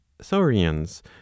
saurians